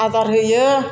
आदार होयो